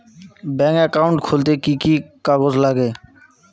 Bank account খুলতে কি কি কাগজ লাগে?